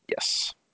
Yes